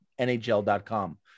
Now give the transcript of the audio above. NHL.com